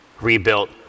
rebuilt